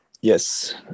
yes